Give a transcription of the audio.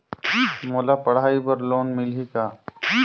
मोला पढ़ाई बर लोन मिलही का?